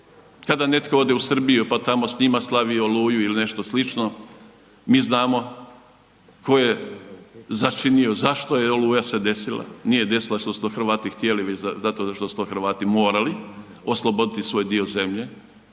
kada netko ode u Srbiju pa tamo s njima slavi Oluju ili nešto slično, mi znamo tko je začinio zašto je Oluja se desila, nije desila se jer su to Hrvati htjeli, već zato što su Hrvati to morali, osloboditi svoj dio zemlje.